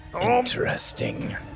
interesting